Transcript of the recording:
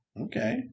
Okay